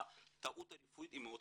טעות רפואית מאוד חשובה.